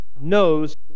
knows